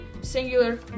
singular